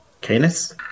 Canis